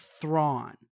Thrawn